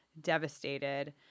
devastated